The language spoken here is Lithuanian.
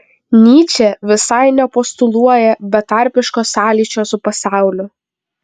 nyčė visai nepostuluoja betarpiško sąlyčio su pasauliu